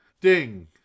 Ding